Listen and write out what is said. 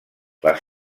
les